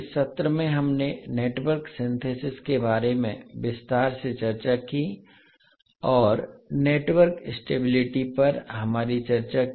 इस सत्र में हमने नेटवर्क सिंथेसिस के बारे में विस्तार से चर्चा की और नेटवर्क स्टेबिलिटी पर हमारी चर्चा की